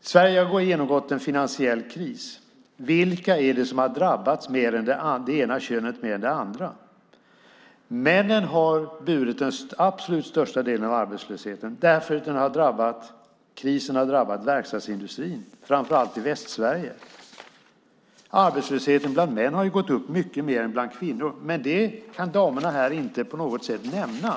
Sverige har genomgått en finansiell kris. Vilket kön är det som har drabbats mer än det andra? Männen har burit den absolut största delen av arbetslösheten därför att krisen har drabbat verkstadsindustrin, framför allt i Västsverige. Arbetslösheten bland män har gått upp mycket mer än bland kvinnor, men det kan damerna här inte på något sätt nämna.